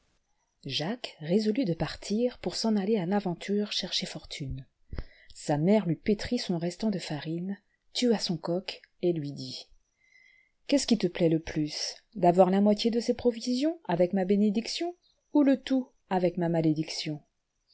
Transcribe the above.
jacques résolut de partir pour s'en aller à l'aventure chercher fortune sa mère lui pétrit son restant de farine tua son coq et lui dit qu'est-ce qui te plaît le plus d'avoir la moitié de ces provisions avec ma bénédiction ou le tout avec ma malédiction